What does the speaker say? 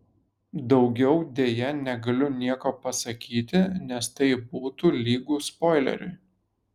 daugiau deja negaliu nieko pasakyti nes tai būtų lygu spoileriui